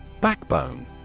Backbone